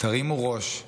תרימו ראש,